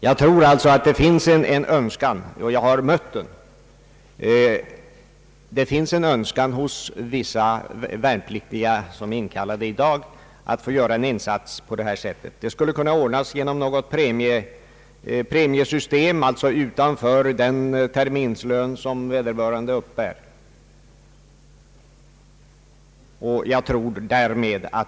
Jag tror alltså att det finns en önskan — jag har mött den — hos vissa värnpliktiga som är inkallade i dag att få göra en insats på detta sätt. Det skulle kunna ordnas genom något premiesystem, alltså utanför den terminslön som vederbörande uppbär.